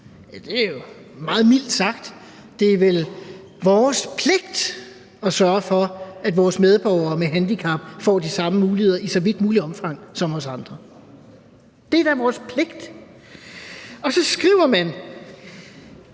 det er jo meget mildt sagt. Det er vel vores pligt at sørge for, at vores medborgere med handicap får de samme muligheder i så vidt muligt omfang som os andre. Det er da vores pligt. Så skriver man,